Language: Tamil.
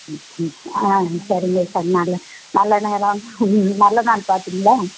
ம் ம் ஆ சரிங்க சார் நல்ல நல்ல நேரம் ம் நல்ல நாள் பார்த்திங்களா